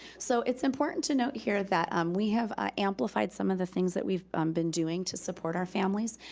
so it's important to note here that um we have ah amplified some of the things that we have um been doing to support our families.